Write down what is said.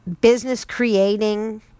business-creating